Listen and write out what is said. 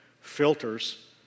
filters